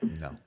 no